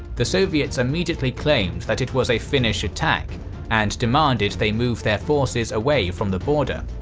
the soviets immediately claimed that it was a finnish attack and demanded they move their forces away from the border.